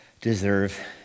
deserve